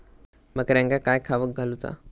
बकऱ्यांका काय खावक घालूचा?